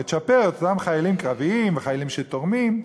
לצ'פר את אותם חיילים קרביים וחיילים שתורמים.